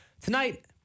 Tonight